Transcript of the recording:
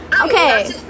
Okay